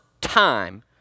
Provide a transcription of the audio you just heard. time